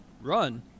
run